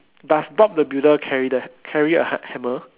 does Bob the builder carry the carry a h~ hammer